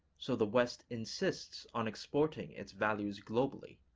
so the west insists on exporting its values globally.